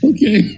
Okay